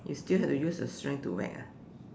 you still have to use the strength to whack ah